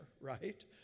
right